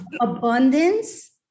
Abundance